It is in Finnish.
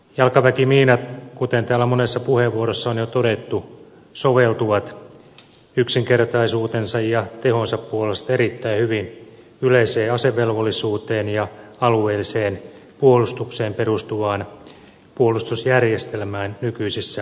jalkaväkimiinat kuten täällä monessa puheenvuorossa on jo todettu soveltuvat yksinkertaisuutensa ja tehonsa puolesta erittäin hyvin yleiseen asevelvollisuuteen ja alueelliseen puolustukseen perustuvaan puolustusjärjestelmään nykyisissä uhkamalleissa